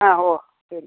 ആ ഓ ശരി